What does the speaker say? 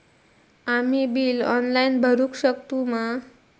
आम्ही bill online भरुक शकतू मा?